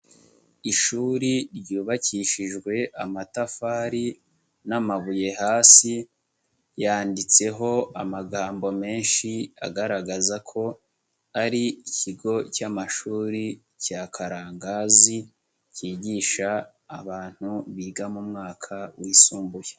Ishuri ryubakishijwe amatafari n'amabuye hasi yanditseho amagambo menshi agaragaza ko ari ikigo cy'amashuri cya Karangazi cyigisha abantu biga mu mwaka wisumbuye.